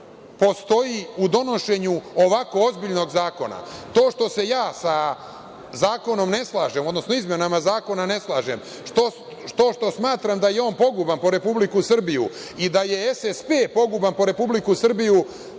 postoji u donošenju ovako ozbiljnog zakona. To što se ja sa zakonom ne slažem, izmenama zakona ne slažem, to što smatram da je on poguban po Republiku Srbiju i da je SSP poguban po Republiku Srbiju,